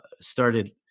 started